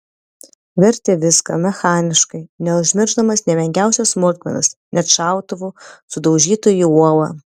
vertė viską mechaniškai neužmiršdamas nė menkiausios smulkmenos net šautuvų sudaužytų į uolą